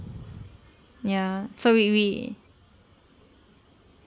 ya so we we